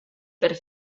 per